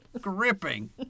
Gripping